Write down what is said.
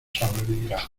habría